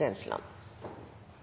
er